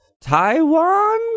taiwan